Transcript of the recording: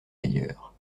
ailleurs